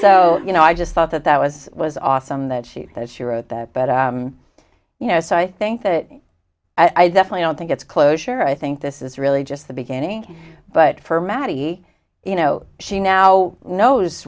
so you know i just thought that that was was awesome that shoot that she wrote that but you know so i think that i definitely don't think it's closure i think this is really just the beginning but for maddie you know she now knows